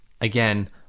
Again